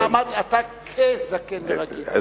אתה כזקן, לא אמרתי לך: אתה זקן.